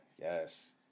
Yes